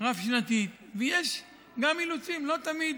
רב-שנתית ויש גם אילוצים, לא תמיד